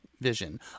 vision